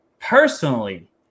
personally